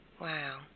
wow